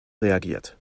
reagiert